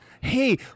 Hey